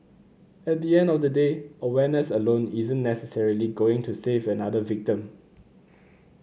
at the end of the day awareness alone isn't necessarily going to save another victim